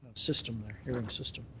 system there. hearing system.